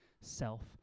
self